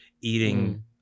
eating